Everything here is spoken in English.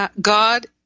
God